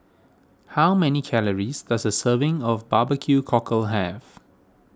how many calories does a serving of Barbecue Cockle have